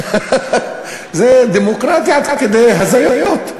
זו דמוקרטיה עד כדי הזיות.